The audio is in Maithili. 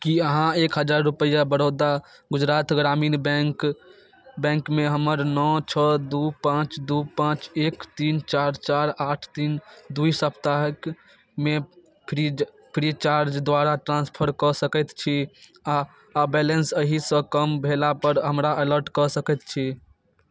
की अहाँ एक हजार रुपैआ बड़ौदा गुजरात ग्रामीण बैंकमे हमर नओ छओ दू पाँच दू पाँच एक तीन चारि चारि आठ तीन द्वि साप्ताहिकमे फ्रीचार्ज द्वारा ट्रान्सफर कऽ सकैत छी आ बैलेन्स अहीसँ कम भेला पर हमरा अलर्ट कऽ सकैत छी